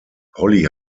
holly